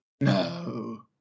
No